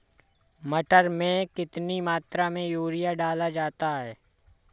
मटर में कितनी मात्रा में यूरिया डाला जाता है?